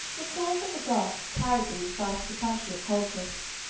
the course of the goths carried them in sight of the country of colchis,